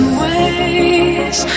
ways